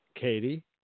Katie